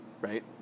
right